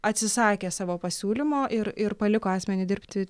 atsisakė savo pasiūlymo ir ir paliko asmenį dirbti